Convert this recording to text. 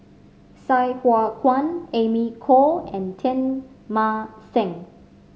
Sai Hua Kuan Amy Khor and Teng Mah Seng